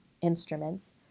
instruments